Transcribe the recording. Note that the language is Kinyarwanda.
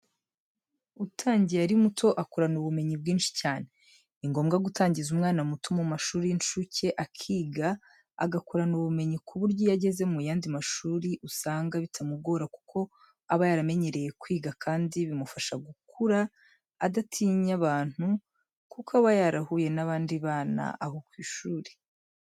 Utangiye ari muto akurana ubumenyi bwinshi cyane . Ni ngombwa gutangiza umwana muto mu mamashuri y'incuke akiga agakurana ubumenyi ku buryo iyo ageze mu yandi mashuri usanga bitamugora kuko aba yaramenyereye kwiga kandi bimufasha gukura adatinya abantu kuko aba yarahuye n'abandi bana aho ku ishuri.